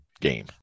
game